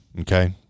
okay